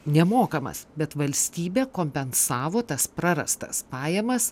nemokamas bet valstybė kompensavo tas prarastas pajamas